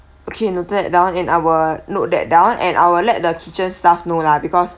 okay noted that down and I will note that down and I will let the kitchen staff know lah because